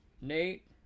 Nate